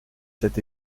cet